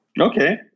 Okay